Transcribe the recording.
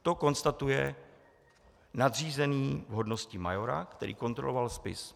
To konstatuje nadřízený v hodnosti majora, který kontroloval spis.